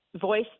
Voice